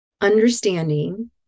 understanding